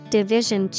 Division